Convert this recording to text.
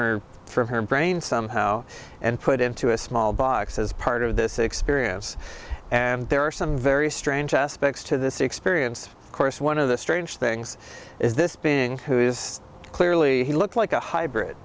her from her brain somehow and put into a small box as part of this experience and there are some very strange aspects to this experience of course one of the strange things is this being who is clearly he looked like a hybrid